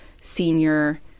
senior